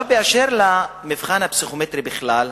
באשר למבחן הפסיכומטרי בכלל,